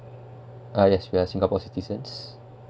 uh yes we are singapore citizen